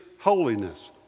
holiness